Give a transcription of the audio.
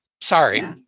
Sorry